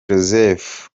joseph